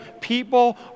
people